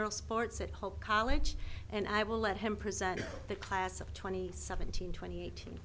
or sports at hope college and i will let him present the class of twenty seventeen twenty eight